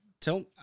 Tell